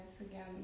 again